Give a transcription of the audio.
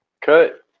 Cut